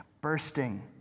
bursting